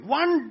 one